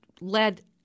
led